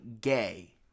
gay